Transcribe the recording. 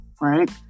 Right